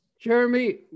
Jeremy